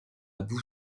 abu